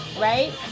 right